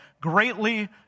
greatly